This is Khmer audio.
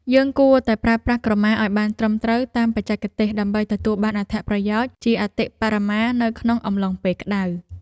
យើងគួរតែប្រើប្រាស់ក្រមាឱ្យបានត្រឹមត្រូវតាមបច្ចេកទេសដើម្បីទទួលបានអត្ថប្រយោជន៍ជាអតិបរមានៅក្នុងអំឡុងពេលក្តៅ។